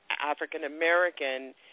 African-American